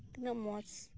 ᱛᱤᱱᱟᱹᱜ ᱢᱚᱸᱡᱽ